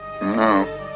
No